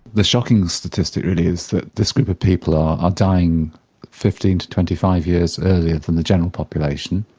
the shocking statistic really is that this group of people are ah dying fifteen to twenty five years earlier than the general population,